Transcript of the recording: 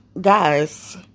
guys